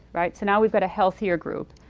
right? so now we've got a healthier group,